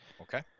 Okay